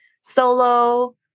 solo